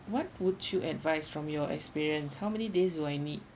what would you advise from your experience how many days do I need